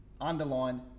Underlined